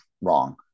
wrong